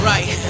Right